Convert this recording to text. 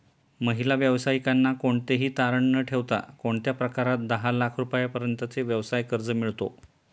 महिला व्यावसायिकांना कोणतेही तारण न ठेवता कोणत्या प्रकारात दहा लाख रुपयांपर्यंतचे व्यवसाय कर्ज मिळतो?